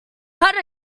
about